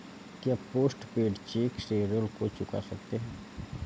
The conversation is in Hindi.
क्या पोस्ट पेड चेक से ऋण को चुका सकते हैं?